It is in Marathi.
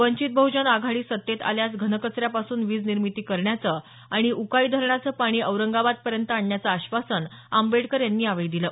वंचित बहजन आघाडी सत्तेत आल्यास घनकचर्यापासून वीज निर्मिती करण्याचं आणि उकाई धरणाचं पाणी औरंगाबादपर्यंत आणण्याचं आश्वासन आंबेकडर यांनी यावेळी दिलं